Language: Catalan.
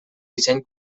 disseny